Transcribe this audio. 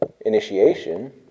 initiation